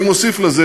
אני מוסיף לזה,